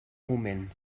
moment